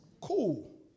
cool